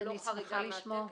לא חריגה מהתקן.